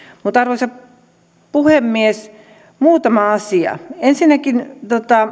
mutta arvoisa puhemies muutama asia ensinnäkin